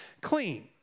clean